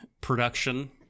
Production